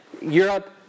Europe